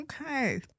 Okay